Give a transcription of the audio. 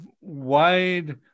wide